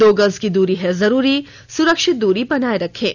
दो गज की दूरी है जरूरी सुरक्षित दूरी बनाए रखें